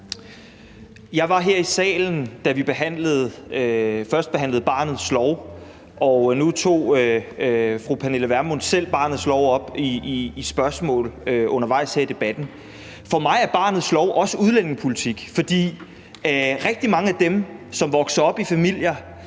Jeg var her i salen, da vi førstebehandlede barnets lov, og nu tog fru Pernille Vermund selv barnets lov op i sine spørgsmål undervejs her i debatten. For mig er barnets lov også udlændingepolitik, for rigtig mange af dem, som vokser op i familier,